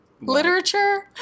literature